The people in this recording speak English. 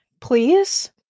Please